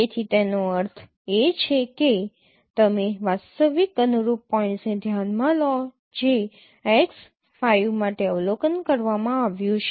તેથી એનો અર્થ એ છે કે તમે વાસ્તવિક અનુરૂપ પોઇન્ટ્સ ને ધ્યાનમાં લો જે x 5 માટે અવલોકન કરવામાં આવ્યું છે